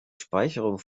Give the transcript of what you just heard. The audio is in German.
speicherung